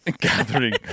Gathering